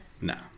No